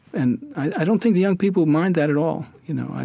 and i don't think the young people mind that at all. you know, i